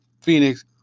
Phoenix